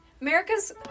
America's